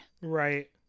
Right